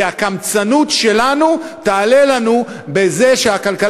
כי הקמצנות שלנו תעלה לנו בזה שהכלכלה